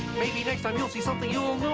maybe next time you'll see something you'll